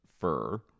fur